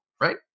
right